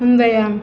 முந்தைய